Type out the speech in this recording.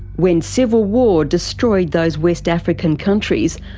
when civil war destroyed those west african countries,